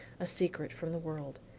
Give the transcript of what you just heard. a secret from the world.